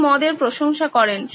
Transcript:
তিনি মদের প্রশংসা করেন